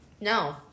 No